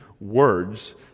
words